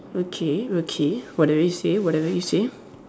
okay okay whatever you say whatever you say